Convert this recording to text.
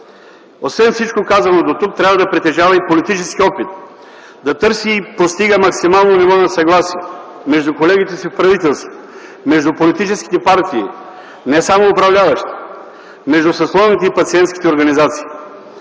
освен всичко казано дотук, трябва да притежава и политически опит, да търси и постига максимално ниво на съгласие между колегите си в правителството, между политическите партии – не само управляващите, между съсловните и пациентските организации.